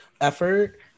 effort